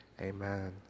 Amen